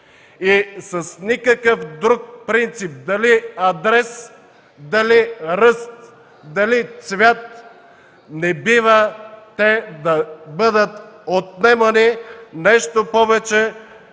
И с никакъв друг принцип – дали адрес, дали ръст, дали цвят, не бива те да бъдат отнемани. Нещо повече,